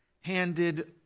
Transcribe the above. handed